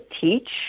teach